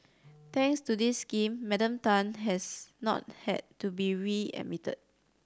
thanks to this scheme Madam Tan has not had to be readmitted